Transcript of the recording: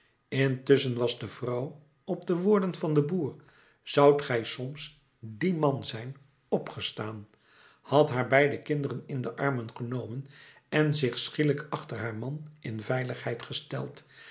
intusschen was de vrouw op de woorden van den boer zoudt gij soms die man zijn opgestaan had haar beide kinderen in de armen genomen en zich schielijk achter haar man in veiligheid gesteld